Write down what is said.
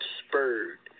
spurred